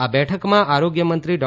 આ બેઠકમાં આરોગ્ય મંત્રી ડો